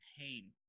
pain